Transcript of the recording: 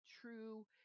true